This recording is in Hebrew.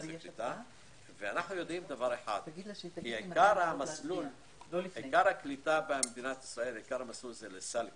אנו יודעים שעיקר הקליטה במדינת ישראל זה לסל קליטה.